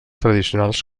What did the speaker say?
tradicionals